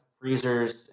freezers